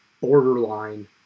borderline